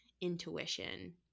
intuition